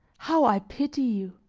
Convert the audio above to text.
how i pity you!